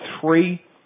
three